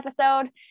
episode